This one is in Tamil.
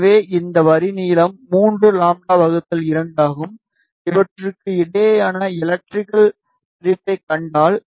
எனவே இந்த வரி நீளம் 3λ 2 ஆகும் இவற்றுக்கு இடையேயான எலக்ட்ரிகல் பிரிப்பைக் கண்டால்